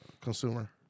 consumer